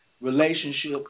relationship